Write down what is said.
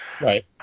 right